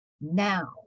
now